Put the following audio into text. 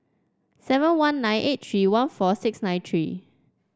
seven one nine eight three one four six nine three